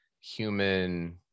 human